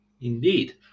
indeed